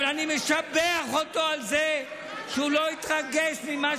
אבל אני משבח אותו על זה שהוא לא התרגש ממה